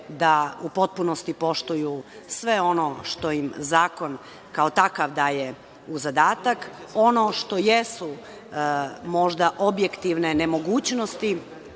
da u potpunosti poštuju sve ono što im zakon kao takav daje u zadatak. Ono što jesu možda objektivne nemogućnosti